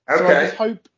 Okay